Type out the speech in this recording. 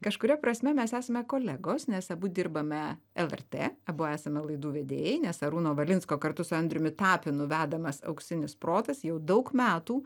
kažkuria prasme mes esame kolegos nes abu dirbame lrt abu esame laidų vedėjai nes arūno valinsko kartu su andriumi tapinu vedamas auksinis protas jau daug metų